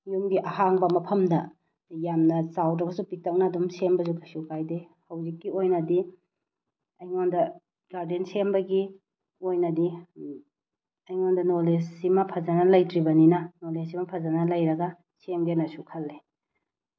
ꯌꯨꯝꯒꯤ ꯑꯍꯥꯡꯕ ꯃꯐꯝꯗ ꯌꯥꯝꯅ ꯆꯥꯎꯗ꯭ꯔꯒꯁꯨ ꯄꯤꯛꯇꯛꯅ ꯑꯗꯨꯝ ꯁꯦꯝꯕꯁꯨ ꯀꯩꯁꯨ ꯀꯥꯏꯗꯦ ꯍꯧꯖꯤꯛꯀꯤ ꯑꯣꯏꯅꯗꯤ ꯑꯩꯉꯣꯟꯗ ꯒꯥꯔꯗꯦꯟ ꯁꯦꯝꯕꯒꯤ ꯑꯣꯏꯅꯗꯤ ꯑꯩꯉꯣꯟꯗ ꯅꯣꯂꯦꯖꯁꯤꯃ ꯐꯖꯅ ꯂꯩꯇ꯭ꯔꯤꯕꯅꯤꯅ ꯅꯣꯂꯦꯖꯁꯤꯃ ꯐꯖꯅ ꯂꯩꯔꯒ ꯁꯦꯝꯒꯦꯅꯁꯨ ꯈꯜꯂꯦ